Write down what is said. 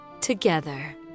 together